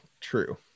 true